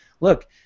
look